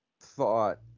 thought